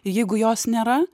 jeigu jos nėra